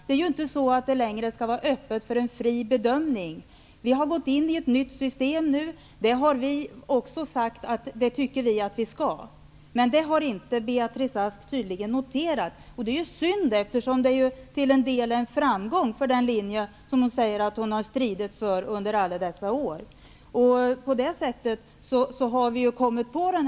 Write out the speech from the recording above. Det är inte så att det inte längre skall vara öppet för en fri bedömning. Vi är nu inne i ett nytt system, och vi har sagt att det skall vara så. Men tydligen har Beatrice Ask inte noterat detta. Det är synd. Det är ju till en del en framgång för den linje som Beatrice Ask säger att hon har stridit för under alla dessa år. På det sättet har vi hoppat på tåget.